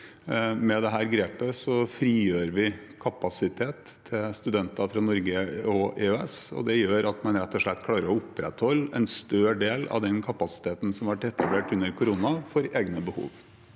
Med dette grepet frigjør vi kapasitet til studenter fra Norge og EØS, og det gjør at man rett og slett klarer å opprettholde en større del av den kapasiteten som ble etablert under koronaen, til egne behov.